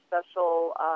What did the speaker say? special